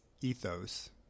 ethos